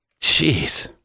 Jeez